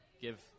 give